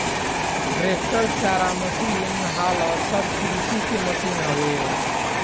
tractor, चारा machine, huller सब कृषि के मशीन हवे